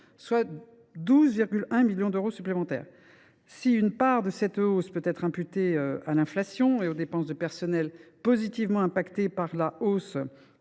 soit 12,1 millions d’euros supplémentaires. Si une part de cette hausse peut être imputée à l’inflation et aux dépenses de personnels, positivement impactées par la hausse